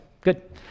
good